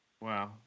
Wow